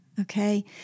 okay